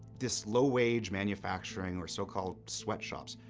this low-wage manufacturing, or so-called sweatshops,